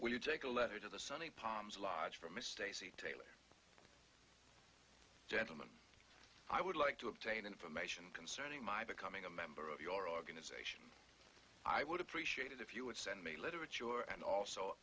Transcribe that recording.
when you take a letter to the sunny palms lodge for mistakes taylor gentleman i would like to obtain information concerning my becoming a member of your organization i would appreciate it if you would send me literature and also